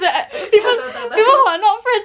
tahu tahu tahu